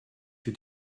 für